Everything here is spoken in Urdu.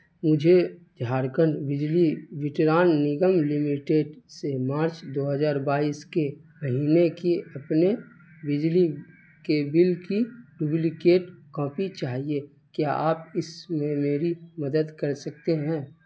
مجھے جھارکھنڈ بجلی وترن نگم لمیٹڈ سے مارچ دو ہزار بائیس کے مہینے کی اپنے بجلی کے بل کی ڈپلیکیٹ کاپی چاہیے کیا آپ اس میں میری مدد کر سکتے ہیں